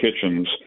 kitchens